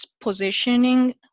positioning